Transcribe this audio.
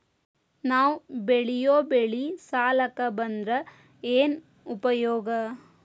ನಾವ್ ಬೆಳೆಯೊ ಬೆಳಿ ಸಾಲಕ ಬಂದ್ರ ಏನ್ ಉಪಯೋಗ?